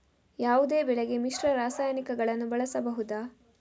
ಯಾವುದೇ ಬೆಳೆಗೆ ಮಿಶ್ರ ರಾಸಾಯನಿಕಗಳನ್ನು ಬಳಸಬಹುದಾ?